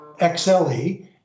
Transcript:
XLE